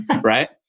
right